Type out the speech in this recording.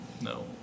no